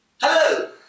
Hello